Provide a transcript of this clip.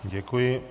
Děkuji.